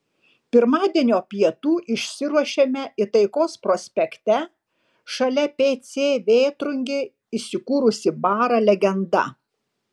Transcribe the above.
pirmadienio pietų išsiruošėme į taikos prospekte šalia pc vėtrungė įsikūrusį barą legenda